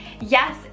yes